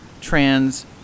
trans